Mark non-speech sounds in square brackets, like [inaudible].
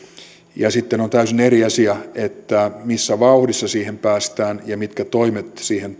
ja sitten on täysin eri asia missä vauhdissa siihen päästään ja mitkä toimet siihen [unintelligible]